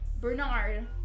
Bernard